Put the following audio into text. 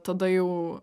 tada jau